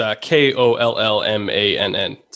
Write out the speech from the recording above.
K-O-L-L-M-A-N-N